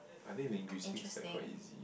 I think linguistic like quite easy